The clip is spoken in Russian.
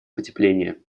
потепления